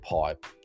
pipe